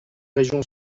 région